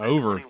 Over